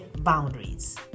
boundaries